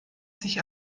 sich